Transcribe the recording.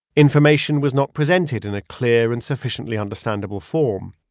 information was not presented in a clear and sufficiently understandable form.